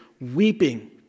weeping